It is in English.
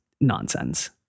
nonsense